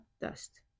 dust